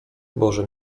boże